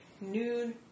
noon